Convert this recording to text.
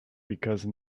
because